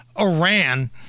Iran